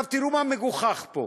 תראו מה מגוחך פה.